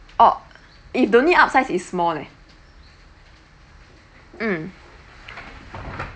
orh if don't need upsize is small leh mm